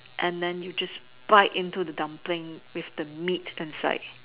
and then you just bite into the dumpling with the meat inside